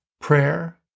prayer